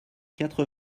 quatre